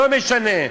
לא משנה,